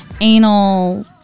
anal